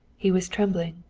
he was trembling.